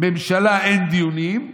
בממשלה אין דיונים.